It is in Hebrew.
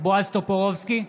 בועז טופורובסקי,